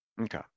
Okay